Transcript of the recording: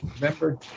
Remember